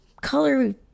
color